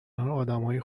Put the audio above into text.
آدمای